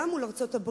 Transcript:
וגם מול ארצות-הברית,